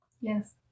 Yes